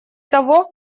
того